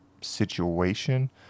situation